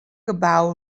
gebou